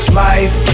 life